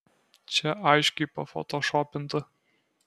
čia aiškiai pafotošopinta